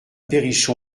perrichon